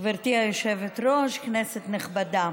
גברתי היושבת-ראש, כנסת נכבדה,